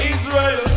Israel